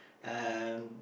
um